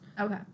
Okay